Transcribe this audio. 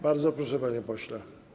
Bardzo proszę, panie pośle.